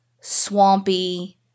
swampy